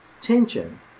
tension